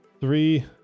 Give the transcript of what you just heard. three